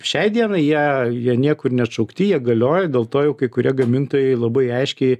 šiai dienai jie jie niekur neatšaukti jie galioja dėl to jau kai kurie gamintojai labai aiškiai